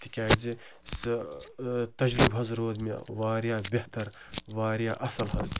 تِکیٛازِ سُہ تجرُبہٕ حظ روٗد مےٚ واریاہ بہتر واریاہ اَصٕل حظ